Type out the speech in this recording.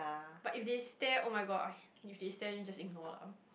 but if they stare oh-my-God if they stare then just ignore lah